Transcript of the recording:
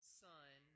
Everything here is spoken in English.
son